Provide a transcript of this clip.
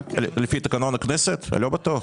יש לנו אישור?